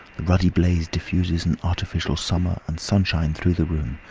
the ruddy blaze diffuses an artificial summer and sunshine through the room,